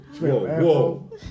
Whoa